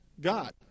God